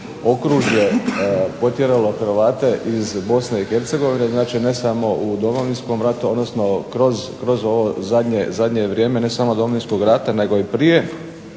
okružje potjeralo Hrvate iz Bosne i Hercegovine, znači ne samo u Domovinskom ratu, odnosno kroz ovo zadnje vrijeme ne samo Domovinskog rata, nego i prije,